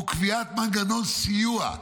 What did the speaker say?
הוא קביעת מנגנון סיוע.